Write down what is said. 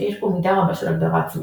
ויש בו מידה רבה של הגדרה עצמית,